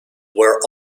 were